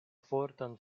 fortan